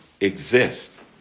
exist